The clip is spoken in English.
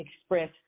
express